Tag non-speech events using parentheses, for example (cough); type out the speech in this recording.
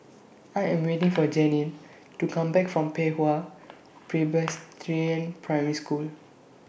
(noise) I Am waiting For Janine to Come Back from Pei Hwa Presbyterian Primary School